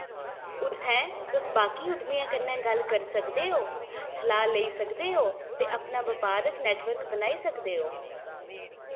उत्थै तुस बाकी उद्यमियें कन्नै गल्ल करी सकदे ओ सलाह् लेई सकदे ओ ते अपना बपारक नेटवर्क बनाई सकदे ओ